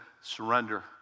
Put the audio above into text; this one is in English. surrender